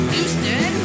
Houston